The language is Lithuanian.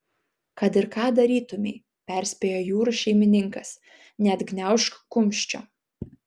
kad ir ką darytumei perspėjo jūrų šeimininkas neatgniaužk kumščio